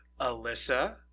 Alyssa